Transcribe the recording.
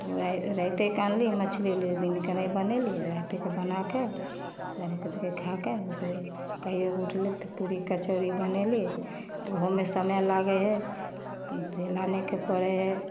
तऽ राति रातिएके आनली मछली उछली दिनके नहि बनेली आओर रातिएके बनाके रातिएमे खाके फेर कहिओ उठली तऽ पूड़ी कचौड़ी बनेली ओहोमे समय लागै हइ फेर लानैके पड़ै हइ